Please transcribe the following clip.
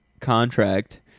contract